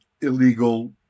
illegal